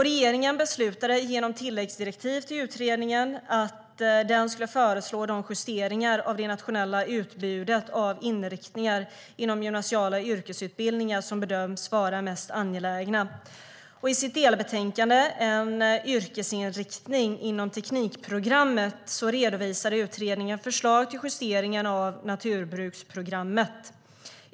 Regeringen beslutade genom tilläggsdirektiv till utredningen att den skulle föreslå de justeringar av det nationella utbudet av inriktningar inom gymnasiala yrkesutbildningar som bedöms vara mest angelägna. I sitt delbetänkande En yrkesinriktning inom teknikprogrammet redovisade utredningen förslag till justeringar av naturbruksprogrammet.